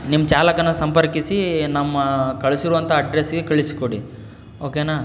ನಿಮ್ಮ ಚಾಲಕನ ಸಂಪರ್ಕಿಸಿ ನಮ್ಮ ಕಳಿಸಿರುವಂಥ ಅಡ್ರೆಸ್ಸಿಗೆ ಕಳಿಸಿಕೊಡಿ ಓಕೆನ